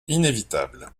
inévitable